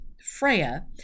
Freya